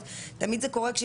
את בטח הולכת הביתה,